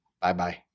Bye-bye